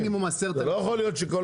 מינימום 10,000. זה מוגדר.